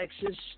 Texas